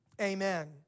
amen